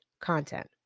content